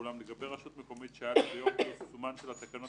ואולם לגבי רשות מקומית שהייתה לה ביום פרסומן של התקנות,